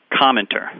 commenter